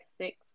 six